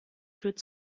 führt